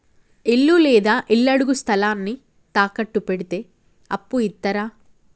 ఇల్లు లేదా ఇళ్లడుగు స్థలాన్ని తాకట్టు పెడితే అప్పు ఇత్తరా?